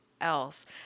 else